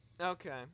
Okay